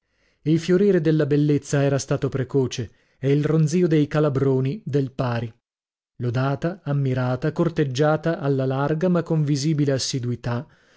il fiorire della bellezza era stato precoce e il ronzio dei calabroni del pari lodata ammirata corteggiata alla larga ma con visibile assiduità